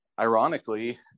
Ironically